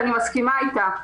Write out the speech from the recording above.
ואני מסכימה אתה,